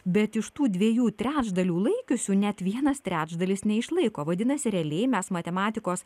bet iš tų dviejų trečdalių laikiusių net vienas trečdalis neišlaiko vadinasi realiai mes matematikos